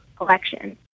election